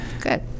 Good